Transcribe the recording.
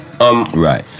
Right